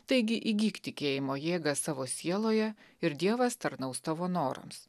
taigi įgyk tikėjimo jėgą savo sieloje ir dievas tarnaus tavo norams